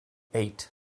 eight